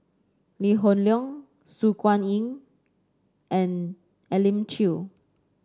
Lee Hoon Leong Su Guaning and Elim Chew